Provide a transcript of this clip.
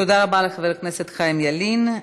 תודה רבה לחבר הכנסת חיים ילין.